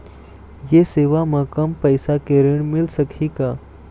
ये सेवा म कम पैसा के ऋण मिल सकही का?